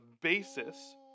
basis